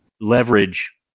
leverage